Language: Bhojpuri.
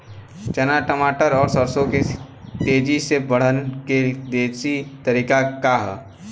चना मटर और सरसों के तेजी से बढ़ने क देशी तरीका का ह?